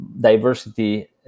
diversity